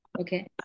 Okay